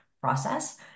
process